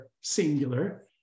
singular